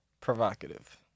Provocative